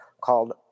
called